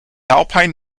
alpine